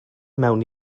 mewn